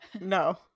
No